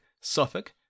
Suffolk